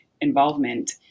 involvement